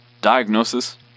diagnosis